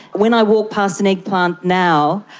when i walk past an eggplant now,